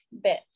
bit